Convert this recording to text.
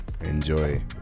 Enjoy